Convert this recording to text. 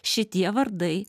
šitie vardai